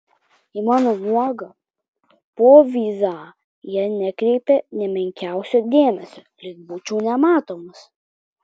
į mano nuogą povyzą jie nekreipė nė menkiausio dėmesio lyg būčiau nematomas